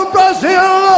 Brazil